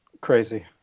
crazy